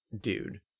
dude